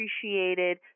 appreciated